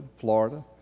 Florida